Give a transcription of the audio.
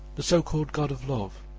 the so-called god of love.